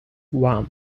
one